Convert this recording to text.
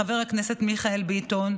לחבר הכנסת מיכאל ביטון,